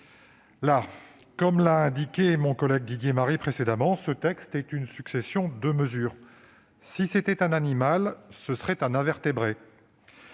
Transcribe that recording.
précédemment indiqué mon collègue Didier Marie, ce texte est une succession de mesures. Si c'était un animal, ce serait un invertébré